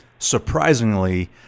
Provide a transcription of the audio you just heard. surprisingly